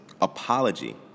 apology